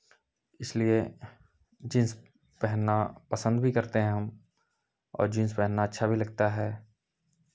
इसलिए जींस पहनना पसंद भी करते हैं हम और जींस पहनना अच्छा भी लगता है